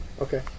Okay